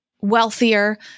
wealthier